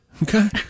Okay